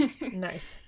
nice